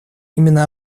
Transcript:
именно